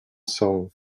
song